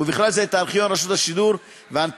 ובכלל זה את ארכיון רשות השידור והאנטנות,